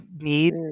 need